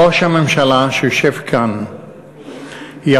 ראש הממשלה שיושב כאן יכול,